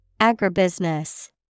Agribusiness